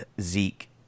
Zeke